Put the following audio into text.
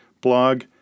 blog